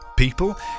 People